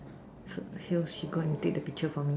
so she'll she go and take the picture for me